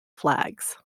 flags